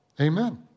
Amen